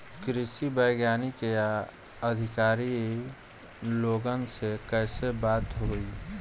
कृषि वैज्ञानिक या अधिकारी लोगन से कैसे बात होई?